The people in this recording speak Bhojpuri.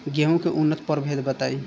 गेंहू के उन्नत प्रभेद बताई?